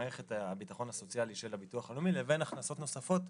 מערכת הביטחון הסוציאלי של הביטוח הלאומי לבין הכנסות נוספות